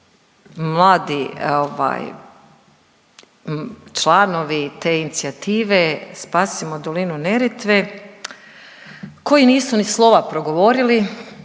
ovaj članovi te inicijative, Spasimo dolinu Neretve, koji nisu ni slova progovorili,